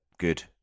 Good